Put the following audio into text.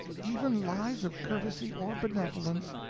even lies of courtesy or benevolence,